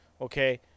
okay